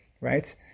right